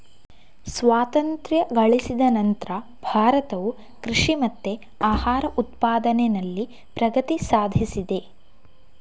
ಸ್ವಾತಂತ್ರ್ಯ ಗಳಿಸಿದ ನಂತ್ರ ಭಾರತವು ಕೃಷಿ ಮತ್ತೆ ಆಹಾರ ಉತ್ಪಾದನೆನಲ್ಲಿ ಪ್ರಗತಿ ಸಾಧಿಸಿದೆ